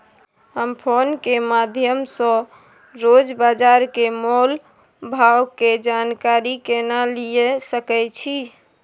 हम फोन के माध्यम सो रोज बाजार के मोल भाव के जानकारी केना लिए सके छी?